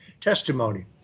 testimony